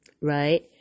Right